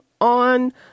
on